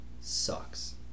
sucks